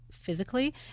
physically